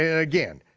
ah again,